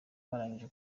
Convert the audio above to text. barangije